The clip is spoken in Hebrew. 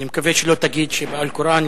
אני מקווה שלא תגיד על הקוראן,